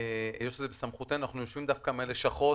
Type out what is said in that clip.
היות שזה בסמכותנו, אנחנו יושבים מהלשכות